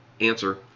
answer